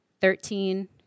thirteen